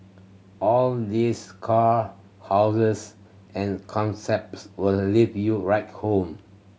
all this car houses and concepts will leave you right home